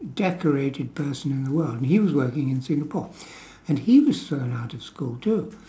decorated person in the world and he was working in singapore and he was thrown out of school too